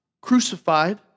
crucified